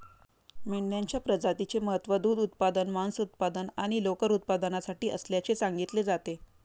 मेंढ्यांच्या प्रजातीचे महत्त्व दूध उत्पादन, मांस उत्पादन आणि लोकर उत्पादनासाठी असल्याचे सांगितले जाते